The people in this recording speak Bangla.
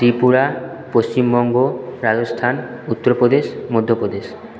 ত্রিপুরা পশ্চিমবঙ্গ রাজস্থান উত্তরপ্রদেশ মধ্যপ্রদেশ